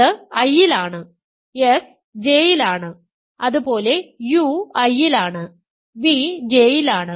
അത് I യിലാണ് s J യിലാണ് അതുപോലെ u I യിലാണ് v J യിലാണ്